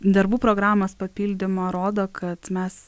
darbų programos papildymo rodo kad mes